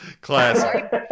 Classic